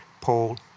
Paul